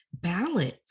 balance